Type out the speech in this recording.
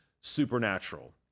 supernatural